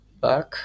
back